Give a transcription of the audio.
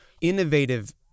innovative